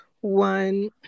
one